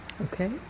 okay